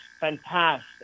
fantastic